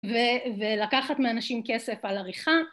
ולקחת מאנשים כסף על עריכה